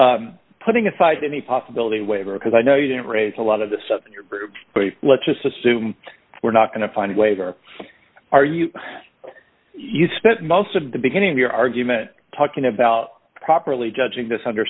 to putting aside any possibility waiver because i know you didn't raise a lot of this of your group but let's just assume we're not going to find a waiver are you you spent most of the beginning of your argument talking about properly judging